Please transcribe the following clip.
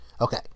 Okay